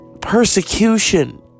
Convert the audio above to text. persecution